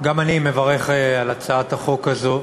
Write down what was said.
תודה רבה, גם אני מברך על הצעת החוק הזאת,